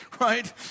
Right